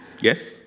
Yes